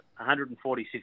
146